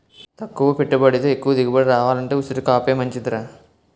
తక్కువ పెట్టుబడితో ఎక్కువ దిగుబడి రావాలంటే ఉసిరికాపే మంచిదిరా